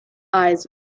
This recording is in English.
eyes